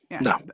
no